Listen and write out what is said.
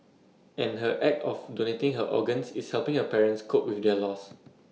and her act of donating her organs is helping her parents cope with their loss